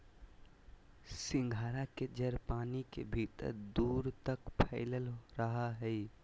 सिंघाड़ा के जड़ पानी के भीतर दूर तक फैलल रहा हइ